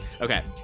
Okay